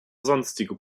sonstige